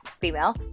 female